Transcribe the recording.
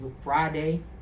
Friday